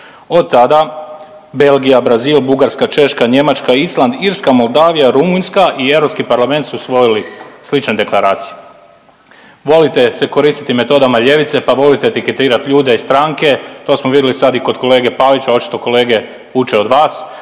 od tada Belgija, Brazil, Bugarska, Češka, Njemačka, Island, Irska, Moldavija, Rumunjska i Europski parlament su usvojili sličnu deklaraciju. Volite se koristiti metodama ljevice pa volite etiketirati ljude i stranke to smo vidjeli sad i kod kolege Pavića očito kolege uče od vas,